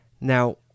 Now